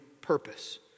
purpose